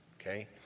Okay